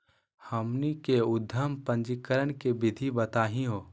हमनी के उद्यम पंजीकरण के विधि बताही हो?